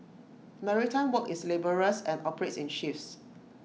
maritime work is laborious and operates in shifts